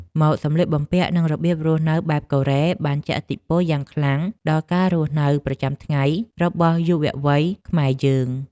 ម៉ូដសម្លៀកបំពាក់និងរបៀបរស់នៅបែបកូរ៉េបានជះឥទ្ធិពលយ៉ាងខ្លាំងដល់ការរស់នៅប្រចាំថ្ងៃរបស់យុវវ័យខ្មែរយើង។